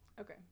Okay